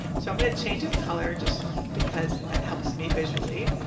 so i'm going to change its color just because that helps me visually.